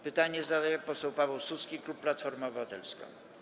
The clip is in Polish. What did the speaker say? Pytanie zadaje poseł Paweł Suski, klub Platforma Obywatelska.